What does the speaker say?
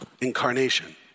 incarnation